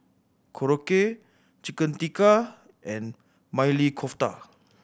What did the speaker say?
Korokke Chicken Tikka and Maili Kofta